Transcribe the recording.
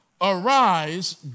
arise